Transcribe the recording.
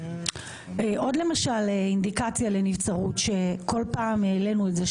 עוד למשל אינדיקציה לנבצרות שכל פעם העלינו את זה,